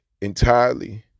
entirely